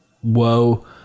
Whoa